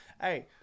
Hey